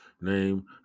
name